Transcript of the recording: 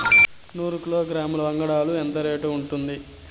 నూరు కిలోగ్రాముల వంగడాలు ఎంత రేటు ఉంటుంది?